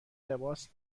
لباس